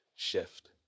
shift